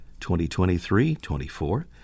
2023-24